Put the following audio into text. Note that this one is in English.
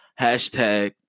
Hashtag